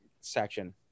section